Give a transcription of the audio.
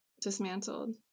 dismantled